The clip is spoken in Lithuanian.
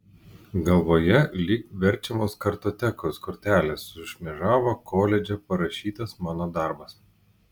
galvoje lyg verčiamos kartotekos kortelės sušmėžavo koledže parašytas mano darbas